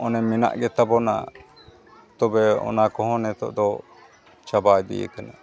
ᱚᱱᱮ ᱢᱮᱱᱟᱜ ᱜᱮᱛᱟ ᱵᱚᱱᱟ ᱚᱱᱟ ᱠᱚᱦᱚᱸ ᱱᱤᱛᱚᱜ ᱫᱚ ᱪᱟᱵᱟ ᱤᱫᱤ ᱟᱠᱟᱱᱟ